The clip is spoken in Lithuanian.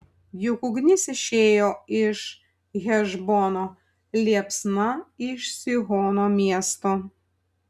juk ugnis išėjo iš hešbono liepsna iš sihono miesto